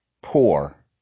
poor